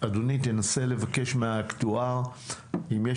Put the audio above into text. מקווה שבפעם הבאה יהיו